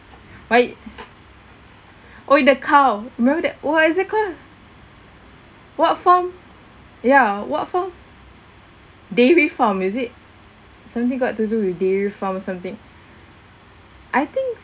why !oi! the cow remember that what it is called what farm ya what farm dairy farm is it something got to do with dairy farm or something I think